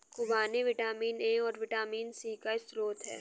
खूबानी vitamin A और vitamin C का स्रोत है